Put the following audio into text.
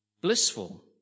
blissful